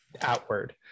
outward